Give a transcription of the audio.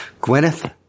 Gwyneth